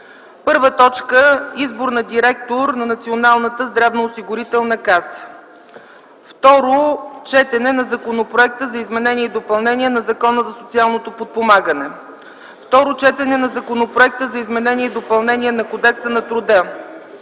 2010 г.: 1. Избор на директор на Националната здравноосигурителна каса. 2. Второ четене на Законопроекта за изменение и допълнение на Закона за социално подпомагане. 3. Второ четене на Законопроекта за изменение и допълнение на Кодекса на труда.